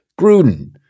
Gruden